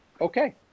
okay